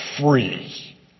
free